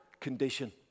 condition